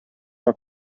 are